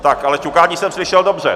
Tak ale ťukání jsem slyšel dobře.